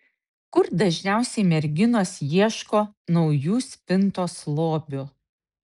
kur dažniausiai merginos ieško naujų spintos lobių